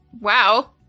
WoW